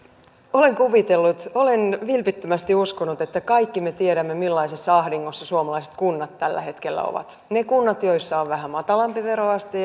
olen kuvitellut olen vilpittömästi uskonut että kaikki me tiedämme millaisessa ahdingossa suomalaiset kunnat tällä hetkellä ovat ne kunnat joissa on vähän matalampi veroaste